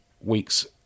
week's